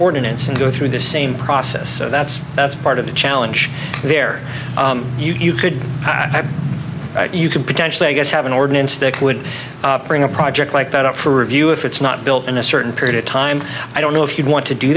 ordinance and go through the same process so that's that's part of the challenge there you could have you could potentially i guess have an ordinance that would bring a project like that up for review if it's not built in a certain period of time i don't know if you want to do